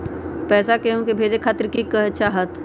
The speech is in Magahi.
पैसा के हु के भेजे खातीर की की चाहत?